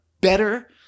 better